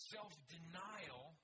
Self-denial